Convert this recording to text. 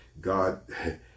God